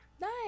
Nice